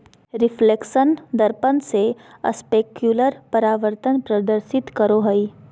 reflection दर्पण से specular परावर्तन प्रदर्शित करो हइ